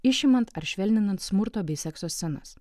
išimant ar švelninant smurto bei sekso scenas